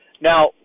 Now